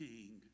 King